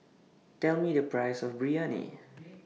Tell Me The Price of Biryani